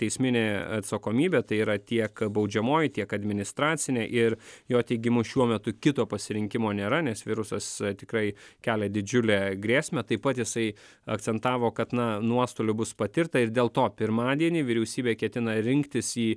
teisminė atsakomybė tai yra tiek baudžiamoji tiek administracinė ir jo teigimu šiuo metu kito pasirinkimo nėra nes virusas tikrai kelia didžiulę grėsmę taip pat jisai akcentavo kad na nuostolių bus patirta ir dėl to pirmadienį vyriausybė ketina rinktis į